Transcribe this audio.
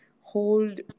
hold